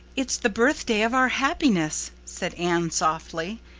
it's the birthday of our happiness, said anne softly.